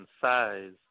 size